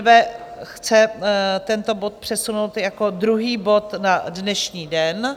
Nejprve chce tento bod přesunout jako druhý bod na dnešní den.